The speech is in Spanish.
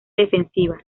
defensiva